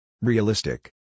Realistic